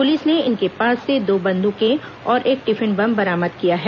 police ने इनके पास से दो बंद्रके और एक टिफिन बम बरामद किया है